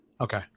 Okay